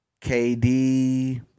KD